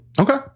Okay